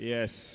Yes